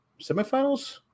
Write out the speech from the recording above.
semifinals